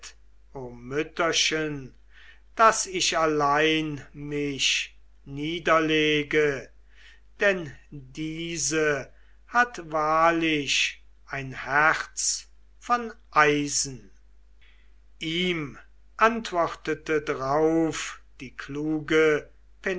mütterchen daß ich allein mich niederlege denn diese hat wahrlich ein herz von eisen ihm antwortete drauf die kluge